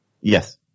Yes